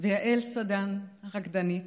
יעל סדן הרקדנית,